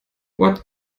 what